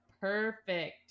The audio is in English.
perfect